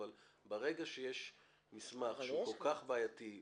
אבל ברגע שיש מסמך שהוא כל כך בעייתי,